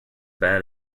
bad